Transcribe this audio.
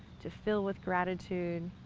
to fill with gratitude.